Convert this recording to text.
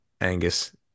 Angus